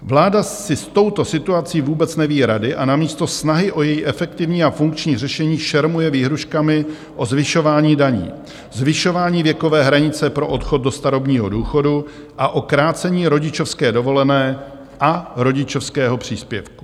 Vláda si s touto situací vůbec neví rady a namísto snahy o její efektivní a funkční řešení šermuje výhrůžkami o zvyšování daní, zvyšování věkové hranice pro odchod do starobního důchodu a o krácení rodičovské dovolené a rodičovského příspěvku.